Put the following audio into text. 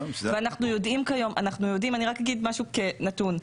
אני אומר משהו כנתון.